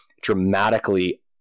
dramatically